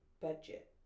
Budget